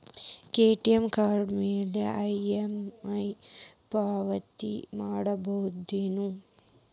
Credit card ಮ್ಯಾಲೆ EMI ಪಾವತಿ ಮಾಡ್ಬಹುದೇನು?